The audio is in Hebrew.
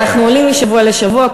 אנחנו עולים משבוע לשבוע,